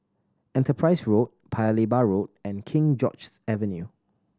Enterprise Road Paya Lebar Road and King George's Avenue